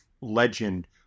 legend